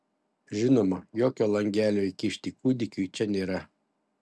žinoma jokio langelio įkišti kūdikiui čia nėra